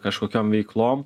kažkokiom veiklom